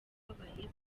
abababaye